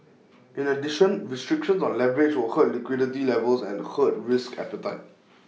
in addition restrictions on leverage will hurt liquidity levels and hurt risk appetite